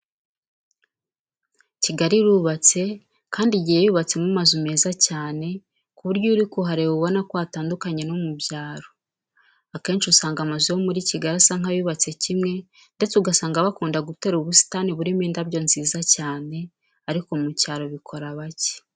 Kigali irubatse kandi igiye yubatsemo amazu meza cyane, ku buryo iyo uri kuhareba ubona ko hatandukanye no mu byaro. Akenshi usanga amazu yo muri Kigali asa nk'ayubatse kimwe ndetse ugasanga bakunda gutera ubusitani burimo indabyo nziza cyane, ariko mu cyaro ibyo bikora bake.